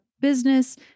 business